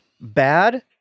bad